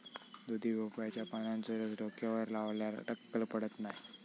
दुधी भोपळ्याच्या पानांचो रस डोक्यावर लावल्यार टक्कल पडत नाय